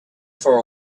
for